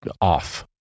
off